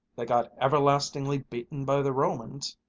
they got everlastingly beaten by the romans,